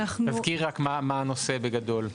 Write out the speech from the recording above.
תזכירי רק מה הנושא, בגדול.